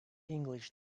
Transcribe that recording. english